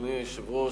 אדוני היושב-ראש,